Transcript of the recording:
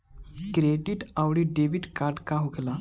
Credit आउरी debit card का होखेला?